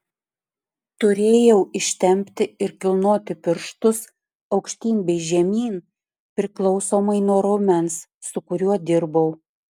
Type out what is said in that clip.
turėjau ištempti ir kilnoti pirštus aukštyn bei žemyn priklausomai nuo raumens su kuriuo dirbau